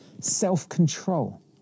self-control